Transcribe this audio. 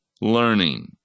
learning